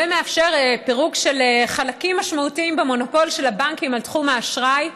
ומאפשר פירוק של חלקים משמעותיים במונופול של הבנקים על תחום האשראי.